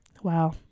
Wow